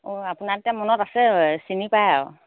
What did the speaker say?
অঁ আপোনাৰ তেতিয়া মনত আছে চিনি পায় আৰু